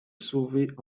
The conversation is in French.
sauver